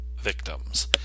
victims